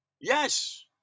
Yes